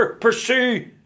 Pursue